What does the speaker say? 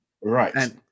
Right